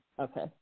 okay